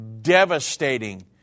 devastating